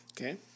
Okay